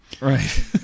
Right